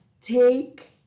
take